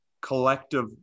collective